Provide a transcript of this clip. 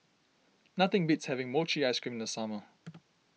nothing beats having Mochi Ice Cream in the summer